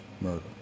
murder